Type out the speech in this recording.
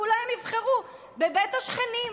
ואולי הם יבחרו בבית השכנים.